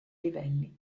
livelli